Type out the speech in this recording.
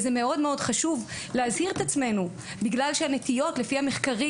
מאוד מאוד חשוב להזהיר את עצמנו בגלל שהנטיות לפי המחקרים